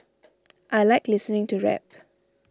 I like listening to rap